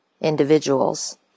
individuals